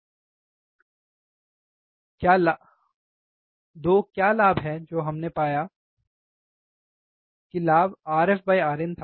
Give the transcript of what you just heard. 2 क्या लाभ है जो हमने पाया कि लाभ RFRin था